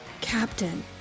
captain